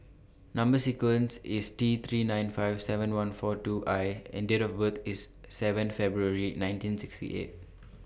Number sequence IS T three nine five seven one four two I and Date of birth IS seven February nineteen sixty eight